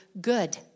good